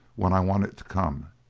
when i want it to come.